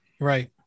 Right